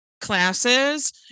classes